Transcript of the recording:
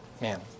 man